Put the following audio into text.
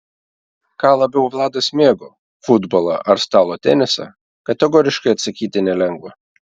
ką labiau vladas mėgo futbolą ar stalo tenisą kategoriškai atsakyti nelengva